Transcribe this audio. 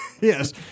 Yes